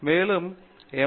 மேலும் எம்